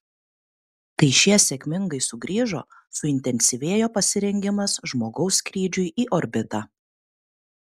kai šie sėkmingai sugrįžo suintensyvėjo pasirengimas žmogaus skrydžiui į orbitą